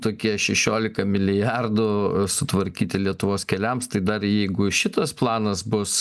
tokie šešiolika milijardų sutvarkyti lietuvos keliams tai dar jeigu ir šitas planas bus